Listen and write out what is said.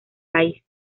país